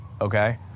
okay